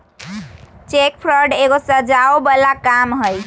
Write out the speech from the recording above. cheque fraud एगो सजाओ बला काम हई